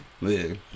Live